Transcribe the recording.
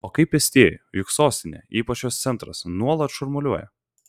o kaip pėstieji juk sostinė ypač jos centras nuolat šurmuliuoja